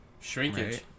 shrinkage